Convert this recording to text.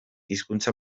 hizkuntza